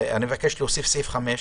להוסיף סעיף 5,